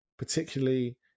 particularly